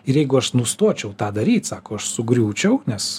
ir jeigu aš nustočiau tą daryt sako aš sugriūčiau nes